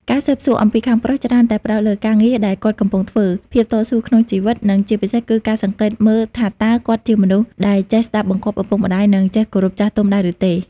ការស៊ើបសួរអំពីខាងប្រុសច្រើនតែផ្ដោតលើការងារដែលគាត់កំពុងធ្វើ ភាពតស៊ូក្នុងជីវិត និងជាពិសេសគឺការសង្កេតមើលថាតើគាត់ជាមនុស្សដែលចេះស្ដាប់បង្គាប់ឪពុកម្ដាយ និងចេះគោរពចាស់ទុំដែរឬទេ។